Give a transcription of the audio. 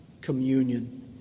communion